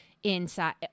inside